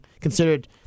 considered